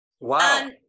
Wow